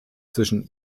zwischen